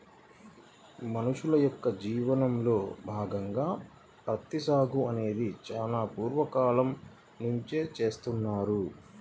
మనుషుల యొక్క జీవనంలో భాగంగా ప్రత్తి సాగు అనేది చాలా పూర్వ కాలం నుంచే చేస్తున్నారు